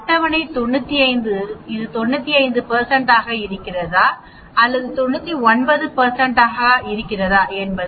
அட்டவணை 95 இது 95 ஆக இருக்கிறதா அல்லது 99 ஆக இருக்கிறதா என்பது